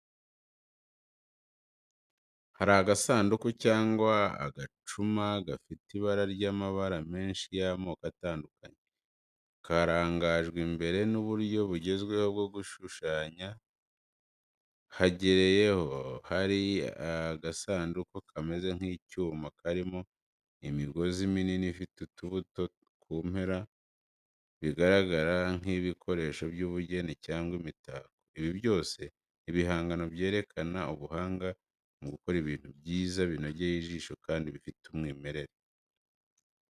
Hari agasanduku cyangwa agacuma gafite ibara ry’amabara menshi y’amoko atandukanye, karangajwe imbere n’uburyo bugezweho bwo gushushanya. Hegereyaho hari agasanduku kameze nk’icyuma karimo imigozi minini ifite utubuto ku mpera, bigaragara nk’ibikoresho by’ubugeni cyangwa imitako. Ibi byose ni ibihangano byerekana ubuhanga mu gukora ibintu byiza binogeye ijisho kandi bifite umwimerere.